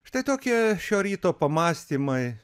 štai tokie šio ryto pamąstymai